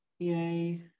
Yay